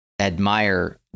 admire